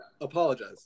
apologize